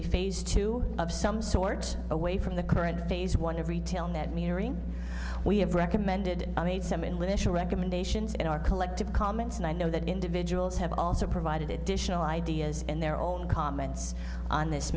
a phase two of some sort away from the current phase one of retail net metering we have recommended i made some english recommendations in our collective comments and i know that individuals have also provided additional ideas and their own comments on this